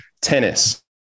tennis